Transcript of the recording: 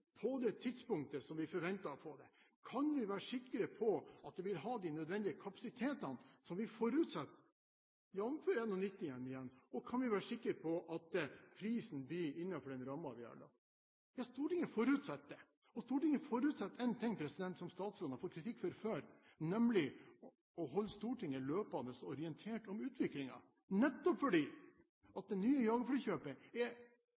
på det tidspunktet som vi forventer å få det? Kan vi være sikre på at det vil ha de nødvendige kapasitetene som vi forutsetter, jf. 91-ene igjen? Og kan vi være sikre på at prisen blir innenfor den rammen vi har lagt. Ja, Stortinget forutsetter det. Stortinget forutsetter én ting som statsråden har fått kritikk for før, nemlig å bli holdt løpende orientert om utviklingen, nettopp fordi at det nye jagerflykjøpet er